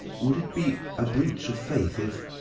would it be a breach of faith if?